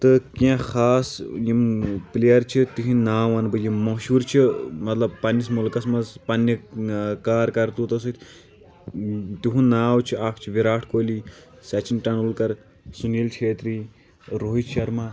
تہٕ کینٛہہ خاص یِم پٕلییَر چھِ تِہنٛدۍ ناو وَنہٕ بہٕ یِم مشہوٗر چھِ مطلب پنٛنِس مُلکَس منٛز پنٛنہِ کار کَرتوٗتو سۭتۍ تِہُنٛد ناو چھ اَکھ چھُ وِراٹھ کوہلی سچِن ٹیٚنٛڈولکَر سُنیٖل شیترٛی روہِت شرما